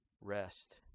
rest